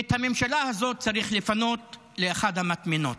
את הממשלה הזאת צריך לפנות לאחת המטמנות.